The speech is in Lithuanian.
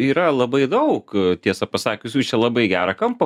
yra labai daug tiesą pasakius jūs čia labai gerą kampą